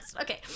Okay